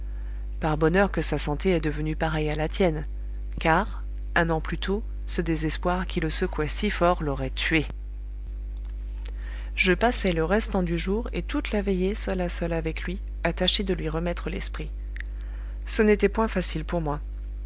par bonheur que sa santé est devenue pareille à la tienne car un an plus tôt ce désespoir qui le secouait si fort l'aurait tué je passai le restant du jour et toute la veillée seul à seul avec lui à tâcher de lui remettre l'esprit ce n'était point facile pour moi